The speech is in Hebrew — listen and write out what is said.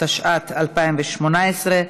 התשע"ט 2018,